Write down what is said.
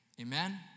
Amen